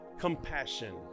Compassion